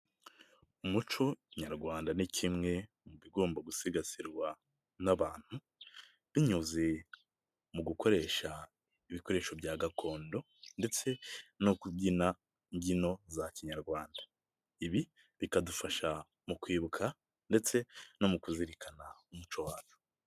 Umuco nyarwanda ni kimwe mu bigomba gusigasirwa n'abantu, binyuze mu gukoresha ibikoresho bya gakondo ndetse no kubyina mbyino za kinyarwanda. Ibi bikadufasha mu kwibuka ndetse no mu kuzirikana umuco wacu.